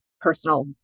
personal